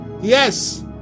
yes